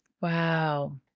Wow